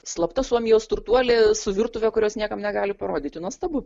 slapta suomijos turtuolė su virtuve kurios niekam negali parodyti nuostabu